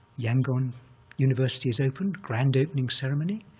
yangon university is opened, grand opening ceremony.